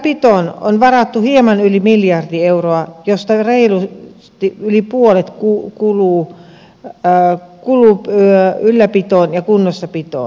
perusväylänpitoon on varattu hieman yli miljardi euroa josta reilusti yli puolet kuluu ylläpitoon ja kunnossapitoon